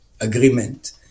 agreement